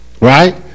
right